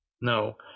No